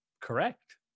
correct